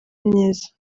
myiza